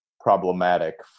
problematic